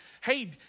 Hey